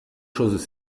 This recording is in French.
choses